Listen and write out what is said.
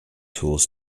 tools